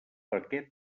paquet